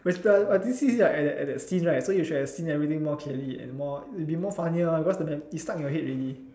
at that at that scene right so you should have seen everything more clearly and more it will be more funnier because it's stuck in your head already